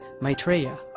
Maitreya